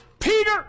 Peter